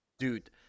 Dude